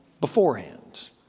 beforehand